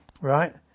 Right